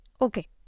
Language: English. Okay